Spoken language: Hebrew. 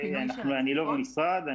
אני לא במשרד.